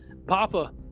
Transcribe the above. papa